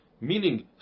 meaning